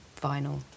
Vinyl